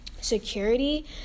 security